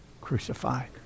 Crucified